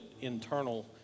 internal